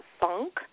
funk